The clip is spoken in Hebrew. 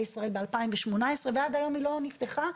ישראל ב-2018 ועד היום היא לא נפתחה,